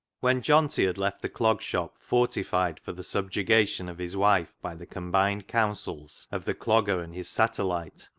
when johnty had left the clog shop fortified for the subjugation of his wife by the com bined counsels of the clogger and his satellite,